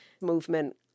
movement